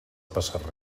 passar